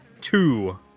Two